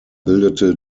bildete